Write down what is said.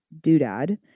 doodad